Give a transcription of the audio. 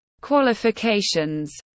qualifications